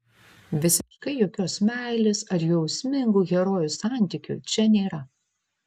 visiškai jokios meilės ar jausmingų herojų santykių čia nėra